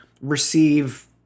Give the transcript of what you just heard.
receive